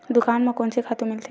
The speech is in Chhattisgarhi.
दुकान म कोन से खातु मिलथे?